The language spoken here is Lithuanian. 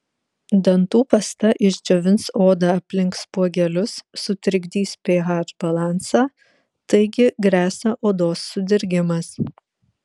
dantų pasta išdžiovins odą aplink spuogelius sutrikdys ph balansą taigi gresia odos sudirgimas